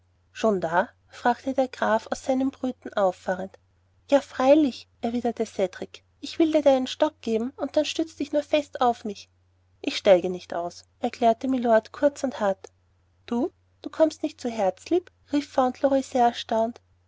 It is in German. schon da fragte der graf aus seinem brüten auffahrend ja freilich erwiderte cedrik ich will dir deinen stock geben und dann stütze dich nur fest auf mich ich steige nicht aus erklärte mylord kurz und hart du du kommst nicht zu herzlieb rief fauntleroy sehr erstaunt